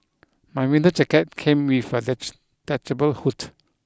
my winter jacket came with a detachable hood